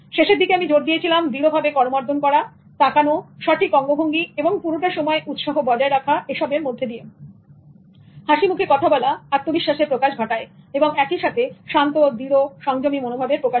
শেষের দিকে আমি জোর দিয়েছিলাম দৃঢ়ভাবে করমর্দন করা তাকানো সঠিক অঙ্গভঙ্গি এবং পুরোটা সময় উৎসাহ বজায় রাখা এসবের দিকে হাসিমুখে কথা বলা আত্মবিশ্বাসের প্রকাশ ঘটায় এবং একই সাথে শান্ত দৃঢ় সংযমী মনোভাবের প্রকাশ করে